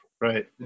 Right